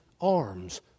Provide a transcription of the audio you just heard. arms